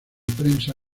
prensa